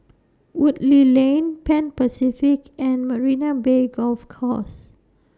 Woodleigh Lane Pan Pacific and Marina Bay Golf Course